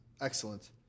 Excellent